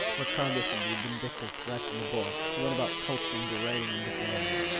regardless of the vindictive threats of the bullets, he went about coaxing, berating, and bedamning.